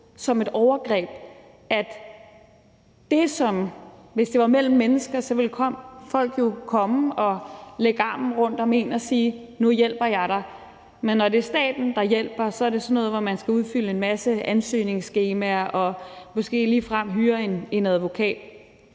som et overgreb. Altså, hvis det var mellem mennesker, ville folk jo komme og lægge armen rundt om en og sige: Nu hjælper jeg dig. Men når det er staten, der hjælper, er det sådan noget med, at man skal udfylde en masse ansøgningsskemaer og måske ligefrem hyre en advokat.